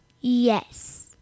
Yes